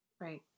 Right